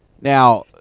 Now